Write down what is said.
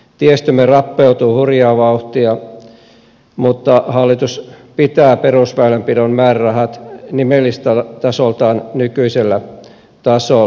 tiestömme rappeutuu hurjaa vauhtia mutta hallitus pitää perusväylänpidon määrärahat nimelliseltä tasoltaan nykyisellä tasolla